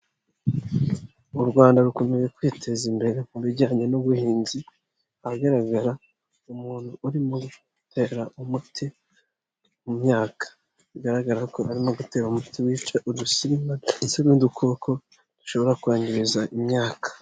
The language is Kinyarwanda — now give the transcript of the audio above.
U Rwanda rukomeje kwiteza imbere mu bijyanye n'ubuhinzi, ahagaragara umuntu urimo gutera umuti mu myaka. Bigaragara ko arimo gutera umuti wica udusimba ndetse n'udukoko dushobora kwangiza imyaka.